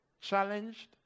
challenged